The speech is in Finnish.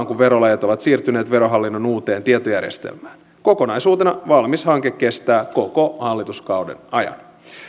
kuin verolajit ovat siirtyneet verohallinnon uuteen tietojärjestelmään kokonaisuutena valmis hanke kestää koko hallituskauden ajan